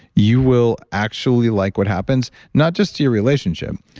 you will actually like what happens, not just to your relationship.